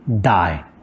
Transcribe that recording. die